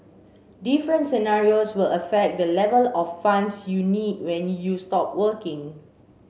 different scenarios will affect the level of funds you need when you stop working